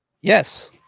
Yes